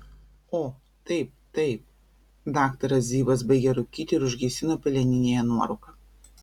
o taip taip daktaras zivas baigė rūkyti ir užgesino peleninėje nuorūką